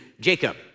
Jacob